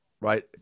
right